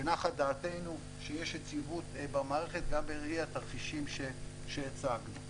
ונחה דעתנו שיש יציבות במערכת גם בראי התרחישים שהצגנו.